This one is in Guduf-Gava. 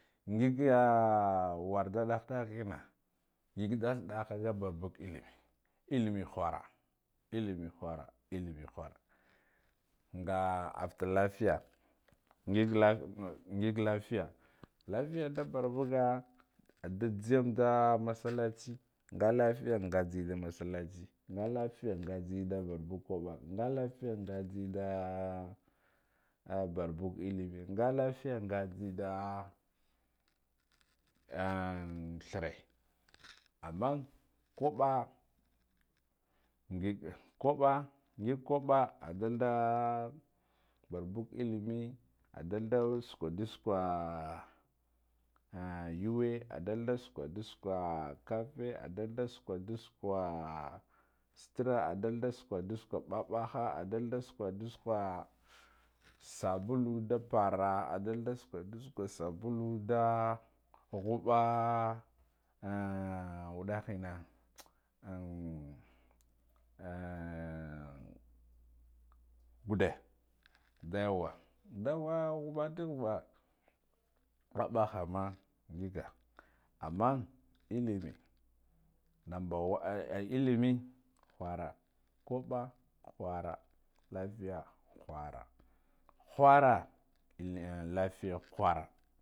Ngiga wurda daha daha enne ngig da daha daha nda barbaga illime, illime khara illime khira, nga afta lafiya ngig kof ngiga lafiya lafiya nda bor buga ah ndu zeyamdu mossalci nga lafiya nga zeyamda masallaci, nya lafiya nga zeyam da barbaga kubba nga lafiya nze nda abarbuga, illime nga lafiya nga nzeda on threa. Amman kubba ngige kubba ngig kubba adalda barbaga illi me adalda sukwun da sukwo yuwe adalda sukwundu sukwo koffe adalda sukwundu sukwa bah bah ha adalda sukwan du sukwa sahala nda pora adalda sukwundu sukwa sabolun, nda khubba an wuddah enna tsan on ah gudde nda wa nda hubban da hubba bah bah hama ngiga, amman ille numba wan ai eh illime khura kubba khara lafiya khura, khurra in lafiya khura.